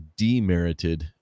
demerited